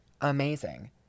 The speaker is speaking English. Amazing